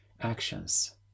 actions